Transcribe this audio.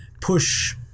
push